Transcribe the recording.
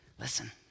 Listen